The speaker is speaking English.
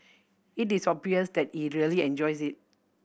it is obvious that he really enjoys it